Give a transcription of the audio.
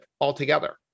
altogether